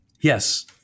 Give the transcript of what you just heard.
Yes